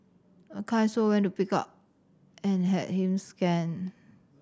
a kind soul went to pick up and had him scanned